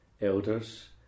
elders